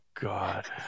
God